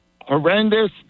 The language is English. horrendous